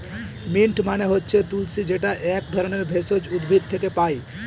mint মানে হচ্ছে তুলশী যেটা এক ধরনের ভেষজ উদ্ভিদ থেকে পায়